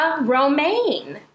Romaine